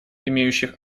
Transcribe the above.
имеющих